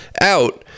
out